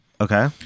Okay